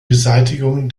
beseitigung